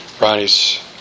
Ronnie's